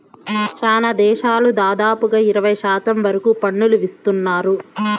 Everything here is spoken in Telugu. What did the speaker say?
శ్యానా దేశాలు దాదాపుగా ఇరవై శాతం వరకు పన్నులు విధిత్తున్నారు